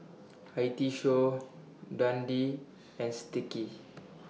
I T Show Dundee and Sticky